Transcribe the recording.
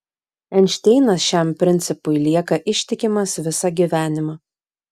einšteinas šiam principui lieka ištikimas visą gyvenimą